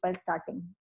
starting